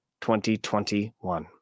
2021